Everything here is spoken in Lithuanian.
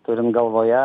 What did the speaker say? turint galvoje